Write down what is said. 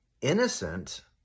innocent